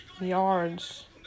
yards